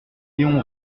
léon